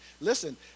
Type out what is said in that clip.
Listen